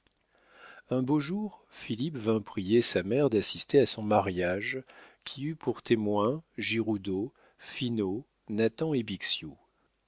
un beau jour philippe vint prier sa mère d'assister à son mariage qui eut pour témoins giroudeau finot nathan et bixiou